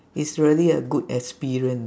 it's really a good experience